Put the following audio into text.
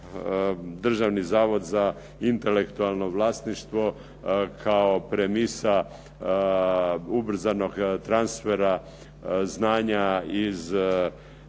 Državni zavod za intelektualno vlasništvo kao premisa ubrzanog transfera znanja iz